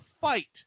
fight